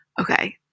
Okay